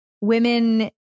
women